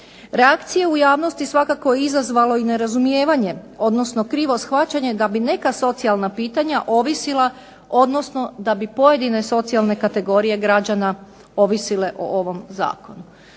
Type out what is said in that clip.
Reakcije u javnosti svakako izazvalo i nerazumijevanje, odnosno krivo shvaćanje da bi neka socijalna pitanja ovisila, odnosno da bi pojedine socijalne kategorije građana ovisile o ovom zakonu.